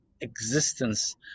existence